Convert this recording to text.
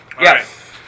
yes